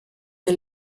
der